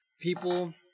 people